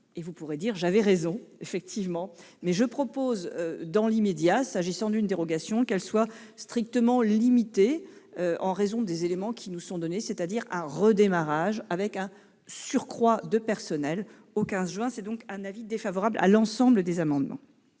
alors nous dire : j'avais raison ! Je propose dans l'immédiat, s'agissant d'une dérogation, qu'elle soit strictement limitée en raison des éléments qui nous sont donnés, c'est-à-dire un redémarrage au 15 juin avec un surcroît de personnel. J'émets donc un avis défavorable sur l'ensemble des amendements.